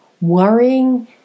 worrying